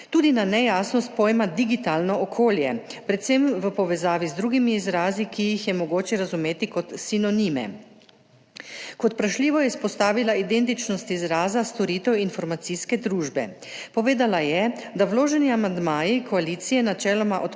tudi na nejasnost pojma digitalno okolje, predvsem v povezavi z drugimi izrazi, ki jih je mogoče razumeti kot sinonime. Kot vprašljivo je izpostavila identičnost izraza storitev informacijske družbe. Povedala je, da vloženi amandmaji koalicije načeloma odpravljajo